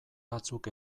batzuk